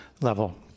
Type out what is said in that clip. level